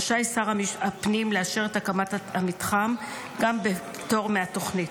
רשאי שר הפנים לאשר את הקמת המתחם גם בפטור מתוכנית.